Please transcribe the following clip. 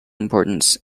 importance